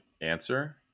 answer